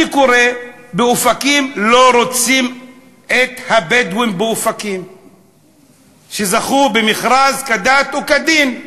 אני קורא: באופקים לא רוצים את הבדואים שזכו במכרז כדת וכדין,